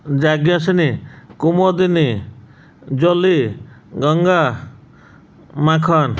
Yajnaseni Kumudini Jali Ganga Makhan